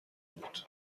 بود